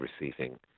receiving